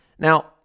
Now